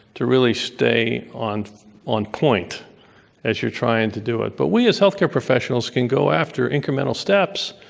to really stay on on point as you're trying to do it. but we as healthcare professionals can go after incremental steps,